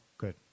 good